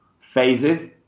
phases